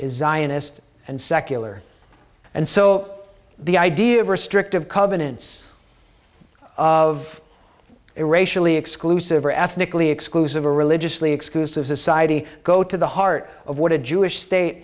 zionist and secular and so the idea of restrictive covenants of it racially exclusive or ethnically exclusive a religiously exclusive society go to the heart of what a jewish state